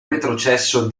retrocesso